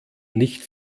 nicht